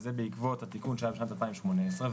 וזה בעקבות התיקון שהיה בשנת 2018,